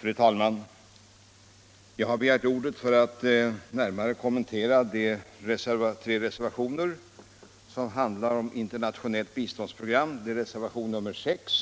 Fru talman! Jag har begärt ordet för att närmare kommentera de tre reservationer som handlar om internationella biståndsprogram, reservationen 6,